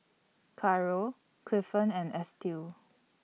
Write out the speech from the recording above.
Caro Clifton and Estill